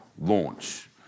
launch